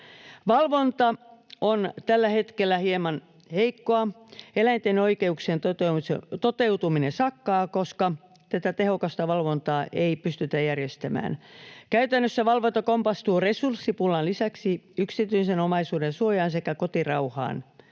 Valvonta on tällä hetkellä hieman heikkoa. Eläinten oikeuksien toteutuminen sakkaa, koska tätä tehokasta valvontaa ei pystytä järjestämään. Käytännössä valvonta kompastuu resurssipulan lisäksi yksityisen omaisuuden suojaan sekä kotirauhaan